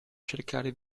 cercare